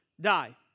die